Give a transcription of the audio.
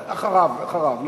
אחריו, אחריו.